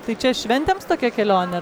tai čia šventėms tokia kelionė